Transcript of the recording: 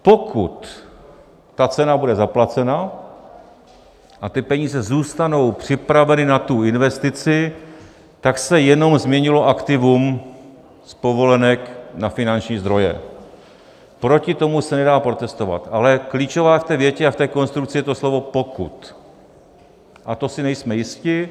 Pokud ta cena bude zaplacena a peníze zůstanou připraveny na tu investici, tak se jenom změnilo aktivum z povolenek na finanční zdroje, proti tomu se nedá protestovat, ale klíčové v té větě a v té konstrukci je to slovo pokud, a to si nejsme jisti.